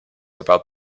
about